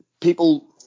People